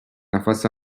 نفس